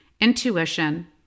intuition